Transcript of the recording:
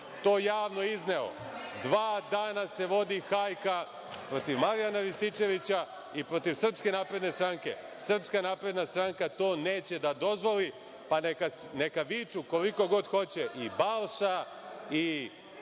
to javno izneo dva dana se vodi hajka protiv Marijana Rističevića i protiv SNS. Srpska napredna stranka to neće da dozvoli, pa neka viču koliko god hoće i Balša i